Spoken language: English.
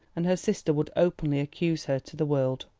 and her sister would openly accuse her to the world.